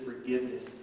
forgiveness